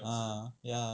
a'ah ya